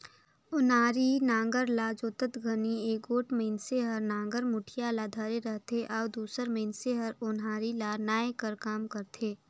ओनारी नांगर ल जोतत घनी एगोट मइनसे हर नागर मुठिया ल धरे रहथे अउ दूसर मइनसे हर ओन्हारी ल नाए कर काम करथे